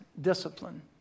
discipline